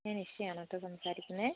ഞാൻ ഇഷ ആണ് കേട്ടോ സംസാരിക്കുന്നത്